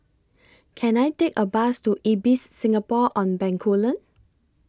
Can I Take A Bus to Ibis Singapore on Bencoolen